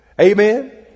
Amen